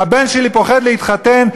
הבן שלי פוחד להתחתן,